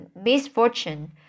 misfortune